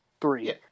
three